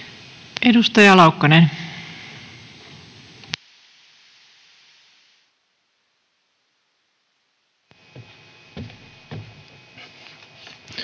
edustaja Laukkanen